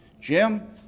Jim